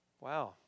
Wow